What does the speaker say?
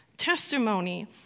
testimony